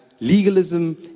legalism